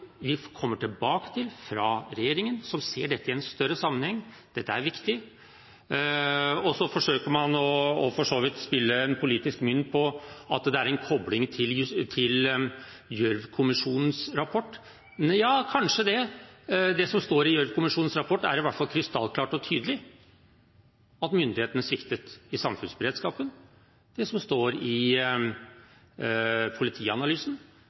vi kommer tilbake til, fra regjeringen som ser dette i en større sammenheng. Dette er viktig. Så forsøker man å slå politisk mynt på at det er en kobling til Gjørv-kommisjonens rapport. Ja, kanskje det. Det som står i Gjørv-kommisjonens rapport, er i hvert fall krystallklart og tydelig – at myndighetene sviktet i samfunnsberedskapen. Det som står i politianalysen,